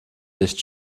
nicht